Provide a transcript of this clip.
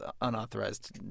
unauthorized